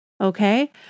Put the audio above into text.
Okay